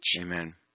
Amen